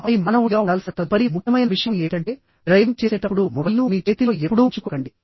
ఆపై మానవుడిగా ఉండాల్సిన తదుపరి ముఖ్యమైన విషయం ఏమిటంటే డ్రైవింగ్ చేసేటప్పుడు మొబైల్ను మీ చేతిలో ఎప్పుడూ ఉంచుకోకండి